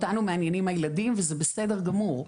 אותנו מעניינים הילדים וזה בסדר גמור,